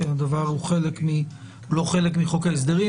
כי הדבר הוא חלק לא חלק מחוק ההסדרים,